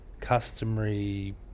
customary